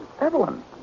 Evelyn